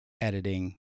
editing